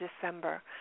December